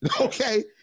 okay